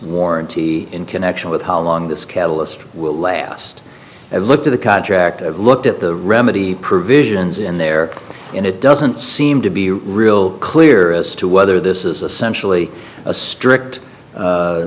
warranty in connection with how long this catalyst will last and look to the contract i've looked at the remedy provisions in there and it doesn't seem to be real clear as to whether this is a sensually a strict